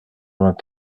vingt